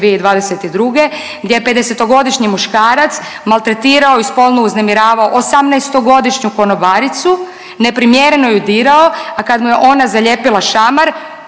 2022. gdje je 50-togodišnji muškarac maltretirao i spolno uznemiravao 18-togodišnju konobaricu, neprimjereno ju dirao, a kad mu je ona zalijepila šamar